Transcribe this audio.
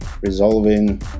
resolving